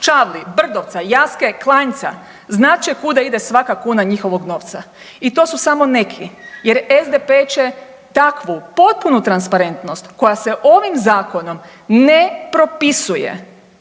Čavli, Brdovca, Jaske, Klanjca znat će kuda ide svaka kuna njihovog novca i to su samo neki jer SDP će takvu, potpunu transparentnost koja se ovim zakonom ne propisuje